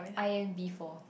I N B four